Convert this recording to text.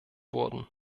wurden